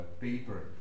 paper